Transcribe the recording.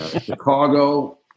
Chicago